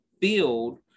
build